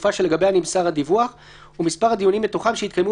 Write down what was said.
בתקופה שלגביה נמסר הדיווח ומספר הדיונים שבתוכם שהתקיימו